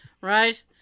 right